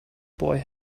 boy